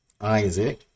Isaac